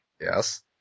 Yes